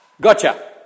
Gotcha